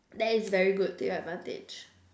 that is very good to your advantage